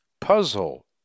puzzle